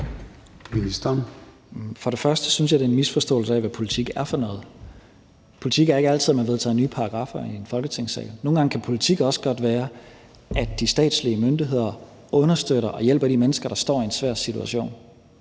og fremmest synes jeg, det er en misforståelse af, hvad politik er for noget. Politik er ikke altid, at man vedtager nye paragraffer i en Folketingssal. Nogle gange kan politik også godt være, at de statslige myndigheder understøtter og hjælper de mennesker, der står i en svær situation.